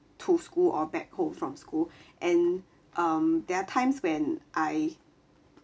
to school or back home from school and um there are times when I